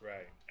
Right